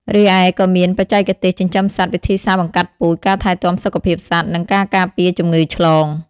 រីឯក៏មានបច្ចេកទេសចិញ្ចឹមសត្វ វិធីសាស្ត្របង្កាត់ពូជ ការថែទាំសុខភាពសត្វ និងការការពារជំងឺឆ្លង។